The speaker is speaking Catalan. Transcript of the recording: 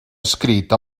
escrit